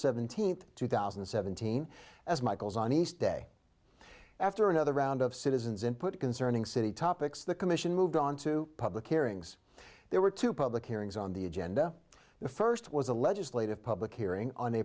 seventeenth two thousand and seventeen as michael's a nice day after another round of citizens input concerning city topics the commission moved on to public hearings there were two public hearings on the agenda the first was a legislative public hearing on